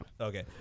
Okay